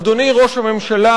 אדוני ראש הממשלה,